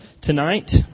tonight